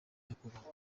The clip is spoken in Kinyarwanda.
nyakubahwa